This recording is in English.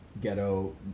ghetto